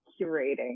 curating